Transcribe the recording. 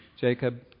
Jacob